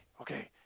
okay